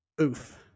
Oof